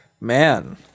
Man